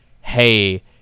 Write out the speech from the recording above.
hey